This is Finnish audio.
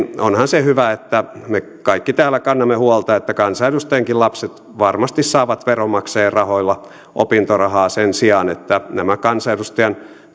onhan se hyvä että me kaikki täällä kannamme huolta siitä että kansanedustajienkin lapset varmasti saavat veronmaksajien rahoilla opintorahaa sen sijaan että näillä kansanedustajan